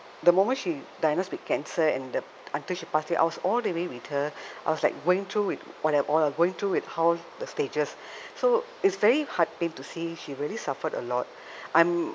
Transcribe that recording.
the moment she diagnosed with cancer and the until she passed away I was all the way with her I was like going through with all that all going through with all the stages so it's very heartpain to see she really suffered a lot I'm